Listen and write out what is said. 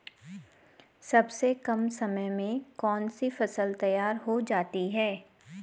सबसे कम समय में कौन सी फसल तैयार हो जाती है?